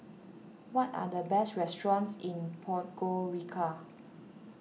what are the best restaurants in Podgorica